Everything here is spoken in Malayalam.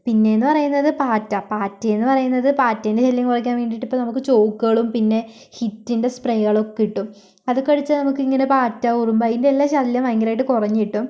പിന്നെയെന്ന് പറയുന്നത് പാറ്റ പാറ്റയെന്ന് പറയുന്നത് പാറ്റേൻ്റെ ശല്യം കുറയ്ക്കാൻ വേണ്ടിയിട്ട് ഇപ്പോൾ നമുക്ക് ചോക്കുകളും പിന്നെ ഹിറ്റിൻ്റെ സ്പ്രേകളൊക്കെ കിട്ടും അതൊക്കെ അടിച്ചാൽ നമുക്ക് ഇങ്ങനെ പാറ്റ ഉറുമ്പ് അതിൻ്റെ എല്ലാ ശല്യം ഭയങ്കരമായിട്ട് കുറഞ്ഞ് കിട്ടും